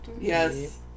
Yes